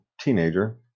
teenager